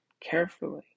carefully